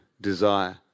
Desire